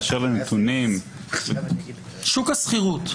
באשר לנתונים -- שוק השכירות.